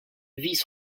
vice